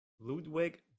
Ludwig